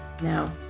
Now